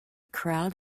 crowd